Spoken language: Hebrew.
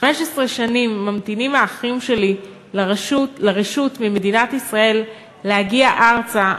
15 שנים ממתינים האחים שלי לרשות ממדינת ישראל להגיע ארצה,